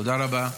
תודה רבה.